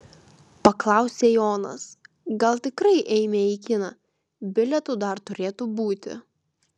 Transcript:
paklausė jonas gal tikrai eime į kiną bilietų dar turėtų būti